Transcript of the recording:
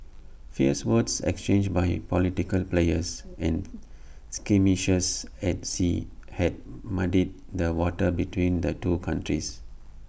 fierce words exchanged by political players and skirmishes at sea had muddied the waters between the two countries